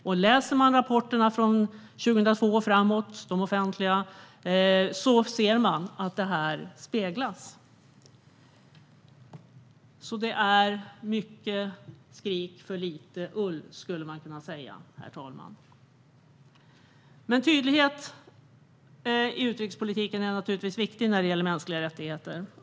Om vi läser de offentliga rapporterna från 2002 och framåt kan vi se detta speglat. Mycket skrik för lite ull, herr talman. Tydlighet i utrikespolitiken är naturligtvis viktigt när det gäller mänskliga rättigheter.